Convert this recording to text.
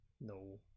No